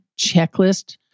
checklist